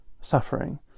suffering